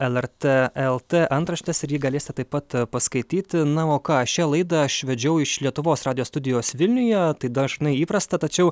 lrt lt antraštės ir jį galėsite taip pat paskaityti na o ką šią laidą aš vedžiau iš lietuvos radijo studijos vilniuje tai dažnai įprasta tačiau